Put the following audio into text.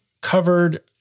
covered